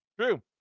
True